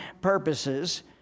purposes